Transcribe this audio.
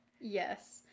Yes